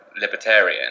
libertarian